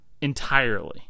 Entirely